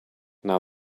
now